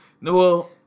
No